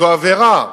זו עבירה,